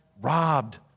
robbed